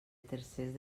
tercers